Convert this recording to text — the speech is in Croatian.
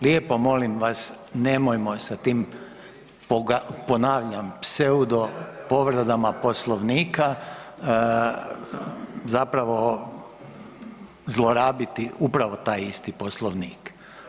Lijepo molim vas, nemojmo sa tim, ponavljam, pseudopovreda Poslovnika zapravo zlorabiti upravo taj isti Poslovnik.